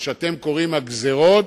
מה שאתם קוראים "הגזירות":